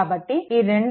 కాబట్టి ఈ 2